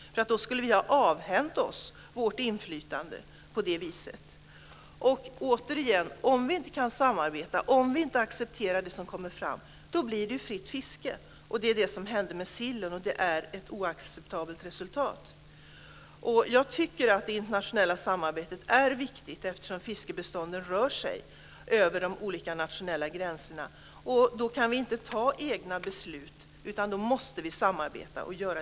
Vi skulle avhända oss vårt inflytande. Om vi inte kan samarbeta, om vi inte accepterar det som kommer fram blir det fritt fiske. Det är vad som hände med sillen. Det blev ett oacceptabelt resultat. Det internationella samarbetet är viktigt, eftersom fiskebestånden rör sig över de nationella gränserna. Då kan vi inte ta egna beslut. Vi måste samarbeta.